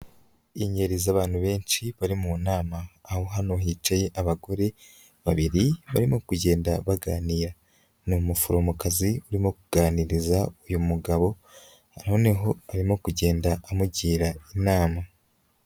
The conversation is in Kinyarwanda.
Ingeri z'abantu benshi bari mu nam,a aho hano hicaye abagore babiri barimo kugenda baganira. Ni umuforomokazi urimo kuganiriza uyu mugabo, noneho arimo kugenda amugira inama.